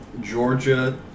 Georgia